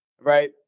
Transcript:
right